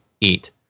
eat